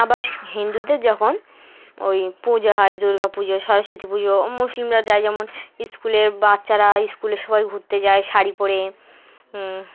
আবার হিন্দুদের যখন ওই পুজো হয় দুর্গা পুজো সরস্বতী পুজো মুসলিমরা যায় যেমন স্কুলের বাচ্চারা স্কুলে সবাই ঘুরতে যায় শাড়ি পরে